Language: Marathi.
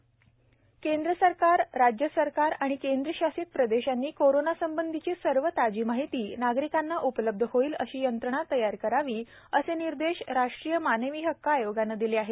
मानवी हक्क आयोग केंद्र सरकार राज्य सरकार आणि केंद्रशासित प्रदेशांनी कोरोना संबंधीची सर्व ताजी माहिती नागरिकांना उपलब्ध होईल अशी यंत्रणा तयार करावी असे निर्देश राष्ट्रीय मानवी हक्क आयोगानं दिले आहेत